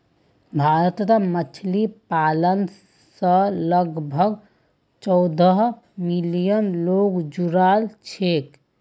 भारतत मछली पालन स लगभग चौदह मिलियन लोग जुड़ाल छेक